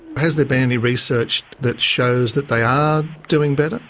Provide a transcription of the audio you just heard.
has there been any research that shows that they are doing better